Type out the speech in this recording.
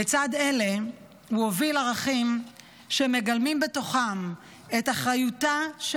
לצד אלה הוא הוביל ערכים שמגלמים בתוכם את אחריותה של